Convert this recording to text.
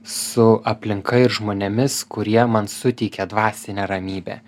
su aplinka ir žmonėmis kurie man suteikia dvasinę ramybę